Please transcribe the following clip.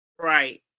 Right